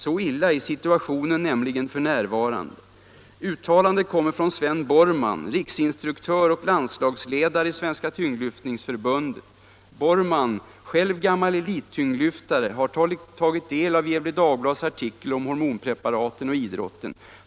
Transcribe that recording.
Så illa är situationen nämligen för närvarande. Uttalandet kommer från Sven Borrman, riksinstruktör och landslagsledare i Svenska tyngdlyftningsförbundet. Borrman, själv gammal elittyngdlyftare, har tagit del av Gefle Dagblads artikel om hormonpreparaten och idrotten.